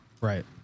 Right